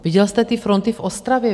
Viděl jste ty fronty v Ostravě?